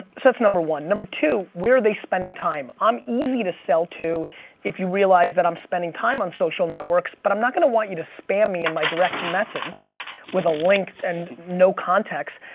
so that's number one. number two, where are they spending time. i'm easy to sell to if you realize that i'm spending time on social networks but i'm not gonna want you to spam me in my direct message with a link and no context.